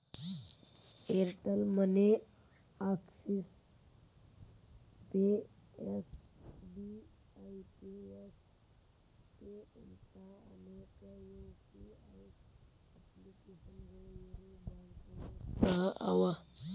Airtel Money Axis Pay SBI Pay Yes Pay ಇಂಥಾ ಅನೇಕ UPI ಅಪ್ಲಿಕೇಶನ್ಗಳು ಇರೊ ಬ್ಯಾಂಕುಗಳು ಸಹ ಅವ